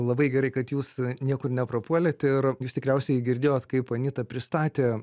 labai gerai kad jūs niekur neprapuolė ir jūs tikriausiai girdėjot kaip anita pristatė